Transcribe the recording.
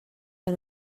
han